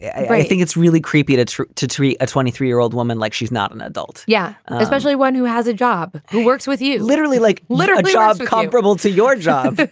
i think it's really creepy to try to treat a twenty three year old woman like she's not an adult yeah. especially one who has a job, who works with you literally like litter, a job comparable to your job.